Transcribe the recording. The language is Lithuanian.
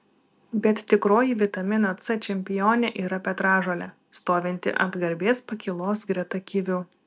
bet tikroji vitamino c čempionė yra petražolė stovinti ant garbės pakylos greta kivių